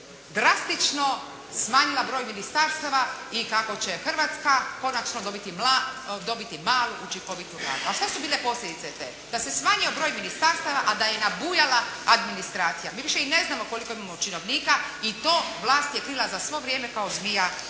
drastično smanjila broj ministarstava i kako će Hrvatska konačno dobiti malu, učinkovitu Vladu. A što su bile posljedice? Te da se smanjio broj ministarstava a da je nabujala administracija. Mi više i ne znamo koliko imamo činovnika i to vlast je krila za svo vrijeme kao zmija